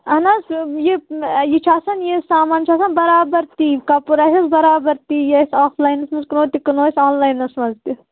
اَہَن حظ یہِ یہِ چھُ آسان یہِ سامان چھُ آسان بَرابر تی کَپُر آسٮ۪س برابر تی یہِ اَسہِ آف لاینَس مَنٛز کٕنو تہِ کٕنو أسۍ آن لاینَس مَنٛز تہِ